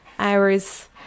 hours